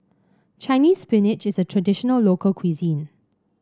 Chinese Spinach is a traditional local cuisine